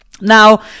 now